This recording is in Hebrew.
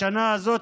בשנה הזאת,